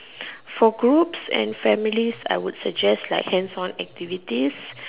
for groups and families I would suggest like hands on activities